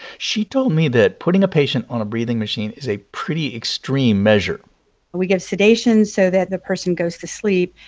she told me that putting a patient on a breathing machine is a pretty extreme measure we give sedation so that the person goes to sleep,